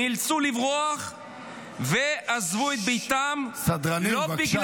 נאלצו לברוח ועזבו את ביתם -- סדרנים, בבקשה.